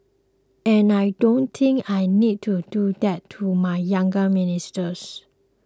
and I don't think I need to do that to my younger ministers